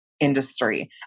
industry